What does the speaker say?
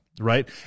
Right